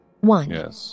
One